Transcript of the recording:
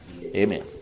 Amen